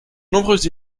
nombreuses